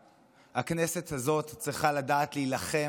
הכנסת הזאת צריכה לדעת להילחם על מיעוטים,